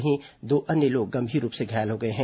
वहीं दो अन्य लोग गंभीर रूप से घायल हो गए हैं